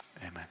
Amen